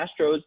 Astros